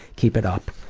keep it up.